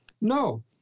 No